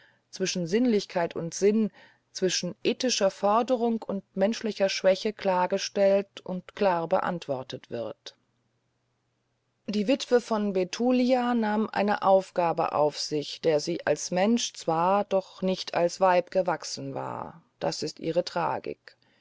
zwischen sinnlichkeit und sinn zwischen ethischer forderung und menschlicher schwäche klar gestellt und klar beantwortet wird die witwe von bethulia nahm eine aufgabe auf sich der sie als mensch zwar doch nicht als weib gewachsen war das ist ihre tragik